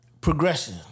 progression